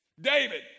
David